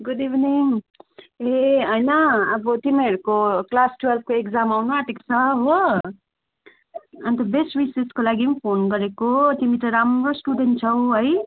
good evening ए होइन अब तिमीहरूको क्लास टुवल्भको इक्जाम आउनु आँटेको छ हो अन्त बेस्ट विसेसको लागि पनि फोन गरेको तिमी त राम्रो स्टुडेन्ट छौ है